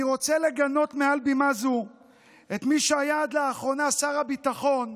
אני רוצה לגנות מעל בימה זו את מי שהיה עד לאחרונה שר הביטחון,